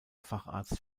facharzt